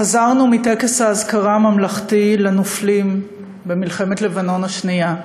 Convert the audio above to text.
חזרנו מטקס האזכרה הממלכתי לנופלים במלחמת לבנון השנייה,